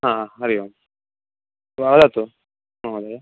ह हरिः ओं वदतु महोदये